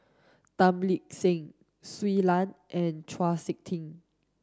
Tan Lip Seng Shui Lan and Chau Sik Ting